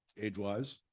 age-wise